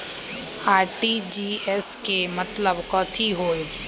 RTGS के मतलब कथी होइ?